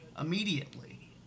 immediately